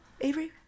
Avery